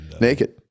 Naked